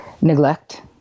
neglect